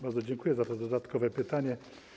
Bardzo dziękuję za to dodatkowe pytanie.